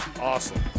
awesome